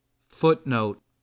Footnote